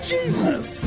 Jesus